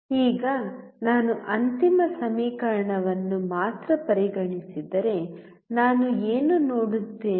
ಈಗ ನಾನು ಅಂತಿಮ ಸಮೀಕರಣವನ್ನು ಮಾತ್ರ ಪರಿಗಣಿಸಿದರೆ ನಾನು ಏನು ನೋಡುತ್ತೇನೆ